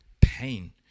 pain